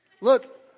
Look